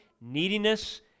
neediness